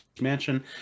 mansion